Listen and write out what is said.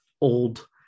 old